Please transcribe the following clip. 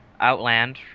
Outland